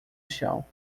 chão